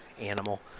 Animal